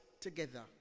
together